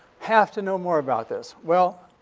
have to know more about this. well,